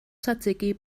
tsatsiki